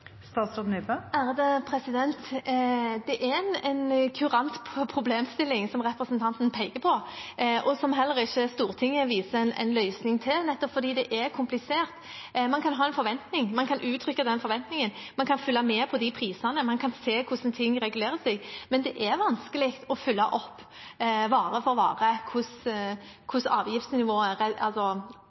det? Det er en kurant problemstilling representanten peker på, som heller ikke Stortinget viser til en løsning for, nettopp fordi det er komplisert. Man kan ha en forventning, man kan uttrykke den forventningen, man kan følge med på prisene og se hvordan ting regulerer seg, men det er vanskelig å følge opp, vare for vare, hvordan avgiftsnivået